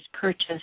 purchased